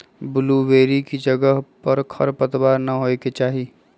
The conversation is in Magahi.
बुल्लुबेरी के जगह पर खरपतवार न होए के चाहि